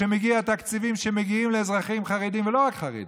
תקציבים שמגיעים לאזרחים חרדים, ולא רק חרדים,